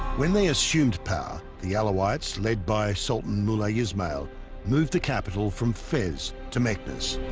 when they assumed power the alawites led by sultan lulay ismail moved the capital from fez to magnus